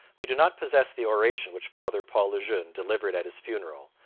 we do not possess the oration which father paul le jeune delivered at his funeral,